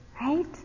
Right